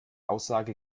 aussage